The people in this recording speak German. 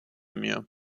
mir